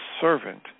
servant